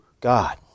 God